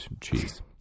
cheese